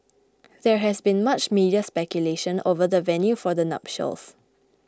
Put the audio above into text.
there has been much media speculation over the venue for the nuptials